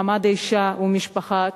מעמד האשה והמשפחה,